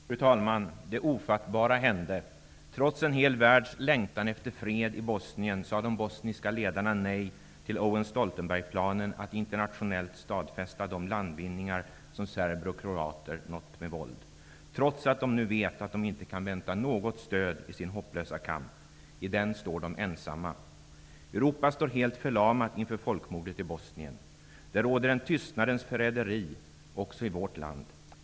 Fru talman! Det ofattbara hände. Trots en hel världs längtan efter fred i Bosnien sade de bosniska ledarna nej till Owen-Stoltenberg-planen att internationellt stadfästa de landvinningar som serber och kroater tagit med våld -- trots att de nu vet att de inte kan vänta något stöd i sin hopplösa kamp. I den står de ensamma. Europa står helt förlamat inför folkmordet i Bosnien. Det råder ett tystnadens förräderi -- också i vårt land.